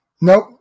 Nope